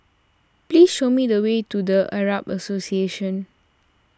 please show me the way to the Arab Association